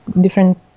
different